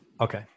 Okay